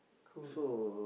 cool